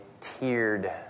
tiered